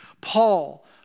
Paul